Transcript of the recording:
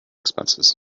expenses